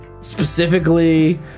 specifically